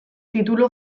titulu